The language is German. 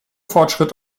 fortschritt